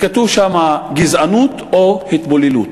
כתוב שם: "גזענות או התבוללות".